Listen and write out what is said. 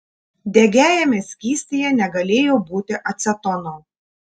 degiajame skystyje negalėjo būti acetono